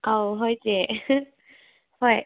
ꯑꯧ ꯍꯣꯏ ꯆꯦ ꯍꯣꯏ